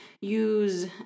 use